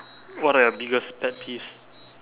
what are your biggest pet peeves